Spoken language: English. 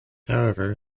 however